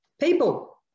People